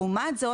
לעומת זאת,